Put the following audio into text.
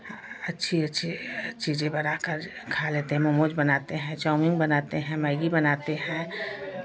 अच्छी अच्छी चीज़ें बनाकर खा लेते हैं मोमोज़ बनाते हैं चाउमिन बनाते हैं मैगी बनाते हैं